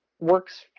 works